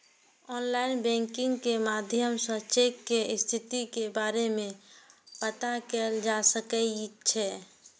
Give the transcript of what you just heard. online banking के माध्यम सं चेक के स्थिति के बारे मे पता कैल जा सकै छै